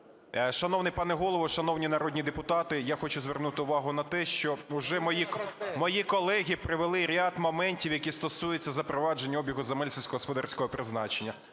Шановний пане Голово, шановні народні депутати, я хочу звернути увагу на те, що вже мої колеги привели ряд моментів, які стосуються запровадження обігу земель сільськогосподарського призначення.